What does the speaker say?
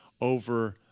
over